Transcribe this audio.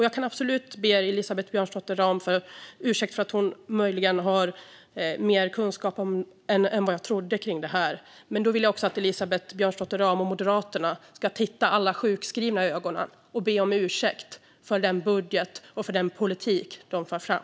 Jag kan absolut be Elisabeth Björnsdotter Rahm om ursäkt om hon möjligen har mer kunskap om detta än vad jag trodde. Men då vill jag också att Elisabeth Björnsdotter Rahm och Moderaterna ska titta alla sjukskrivna i ögonen och be om ursäkt för den budget och den politik de för fram.